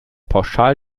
pauschal